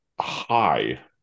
high